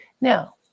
Now